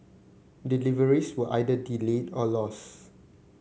deliveries were either delayed or lost